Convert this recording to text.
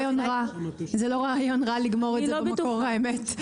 זה לא רעיון רע לגמור את זה במקור, האמת.